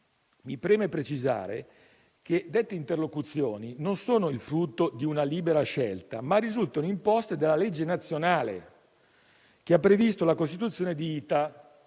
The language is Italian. Mi preme precisare che dette interlocuzioni non sono il frutto di una libera scelta, ma risultano imposte dalla legge nazionale che ha previsto la costituzione di ITA.